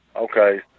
Okay